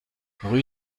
rue